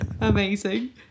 Amazing